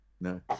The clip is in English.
No